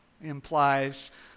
implies